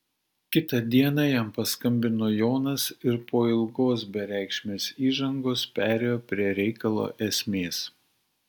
kitą dieną jam paskambino jonas ir po ilgos bereikšmės įžangos perėjo prie reikalo esmės